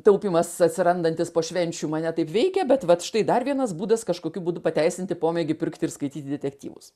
taupymas atsirandantis po švenčių mane taip veikia bet vat štai dar vienas būdas kažkokiu būdu pateisinti pomėgį pirkti ir skaityti detektyvus